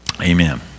amen